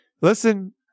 Listen